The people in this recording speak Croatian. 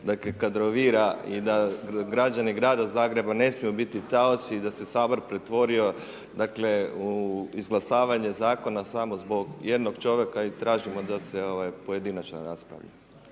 dakle kadrovira i da građani grada Zagreba ne smiju biti taoci, da se Sabor pretvorio u izglasavanje zakona samo zbog jednog čovjeka i tražimo da se pojedinačno raspravlja.